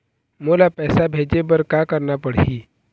मोला पैसा भेजे बर का करना पड़ही?